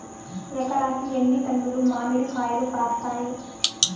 ఎకరాకి ఎన్ని టన్నులు మామిడి కాయలు కాస్తాయి?